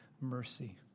mercy